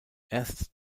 erst